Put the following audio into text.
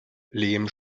lehm